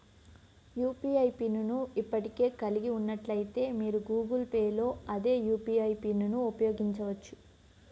UPI pin ను ఇప్పటికే కలిగి ఉన్నట్లయితే, మీరు గూగుల్ పే లో అదే యూ.పీ.ఐ పిన్ను ఉపయోగించవచ్చు